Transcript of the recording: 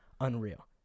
unreal